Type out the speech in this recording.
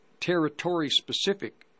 territory-specific